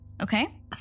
okay